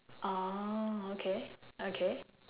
orh okay okay